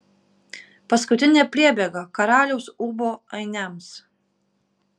paskutinė priebėga karaliaus ūbo ainiams